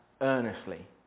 earnestly